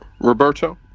Roberto